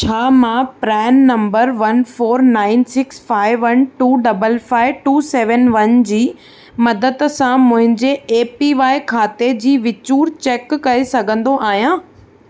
छा मां प्रैन number one four nine six five one two double five two seven one जी मदद सां मुंहिंजे ए पी वाइ ख़ाते जी विचूर चेक करे सघंदो आहियां